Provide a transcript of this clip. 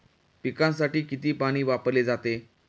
पिकांसाठी किती पाणी वापरले जाते?